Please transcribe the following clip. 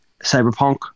Cyberpunk